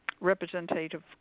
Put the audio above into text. Representative